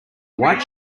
white